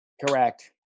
Correct